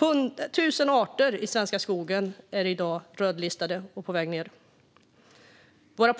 dag är 1 000 arter rödlistade och på väg bort.